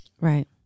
Right